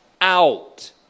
out